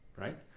right